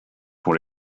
were